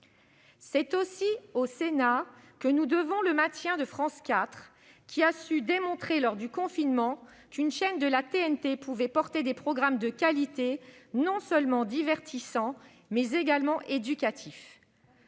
C'est aussi au Sénat que nous devons le maintien de France 4, qui a su démontrer lors du confinement qu'une chaîne de la TNT pouvait porter des programmes de qualité, non seulement divertissants, mais également éducatifs.